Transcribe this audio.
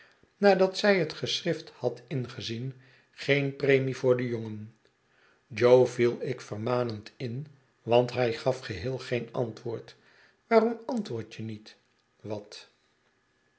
nadat zij het geschrift had ingezien geen premie voor den jongen jo viel ik vermanend in want hij gafgeheel geen antwoord waarom antwoordt je niet wat